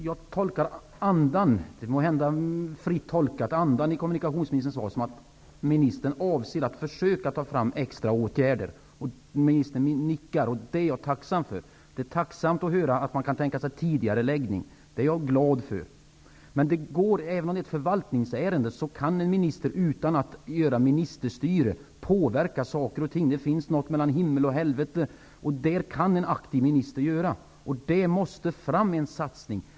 Herr talman! Jag tolkar andan i kommunikationsministerns svar -- det är måhända fritt tolkat -- som att ministern avser att försöka vidta extraåtgärder. Ministern nickar, och det är jag tacksam för. Det är tacksamt att höra att ministern kan tänka sig en tidigareläggning. Det är jag glad för. Men även om det är ett förvaltningsärende, kan en minister, utan att bedriva ministerstyre, påverka saker och ting. Det finns något mellan himmel och helvete, och där kan en aktiv minister göra något. En satsning måste komma till stånd.